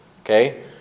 Okay